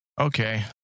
Okay